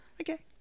Okay